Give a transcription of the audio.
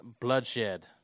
bloodshed